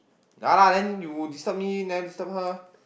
ya lah then you disturb me never disturb her